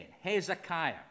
Hezekiah